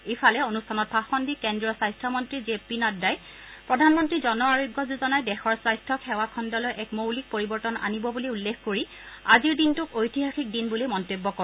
ইফালে অনুষ্ঠানত ভাষণ দি কেন্দ্ৰীয় স্বাস্থ্য মন্ত্ৰী জে পি নাদ্দাই প্ৰধানমন্ত্ৰী জন আৰোগ্য যোজনাই দেশৰ স্বাস্থ্য সেৱা খণ্ডলৈ এক মৌলিক পৰিৱৰ্তন আনিব বুলি উল্লেখ কৰি আজিৰ দিনটোক ঐতিহাসিক দিন বুলি মন্তব্য কৰে